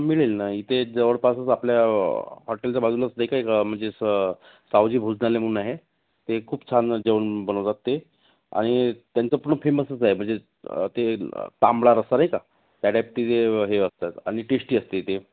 मिळेल ना इथे जवळपासच आपल्या हॉटेलच्या बाजूलाच नाही काय का म्हणजे सं सावजी भोजनालय म्हणून आहे ते खूप छान जेवण बनवतात ते आणि त्यांचं पूर्ण फेमसच आहे म्हणजे ते तांबडा रस्सा नाही का त्या टाईप तिथे हे असतात आणि टेस्टी असते ते